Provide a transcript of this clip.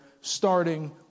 starting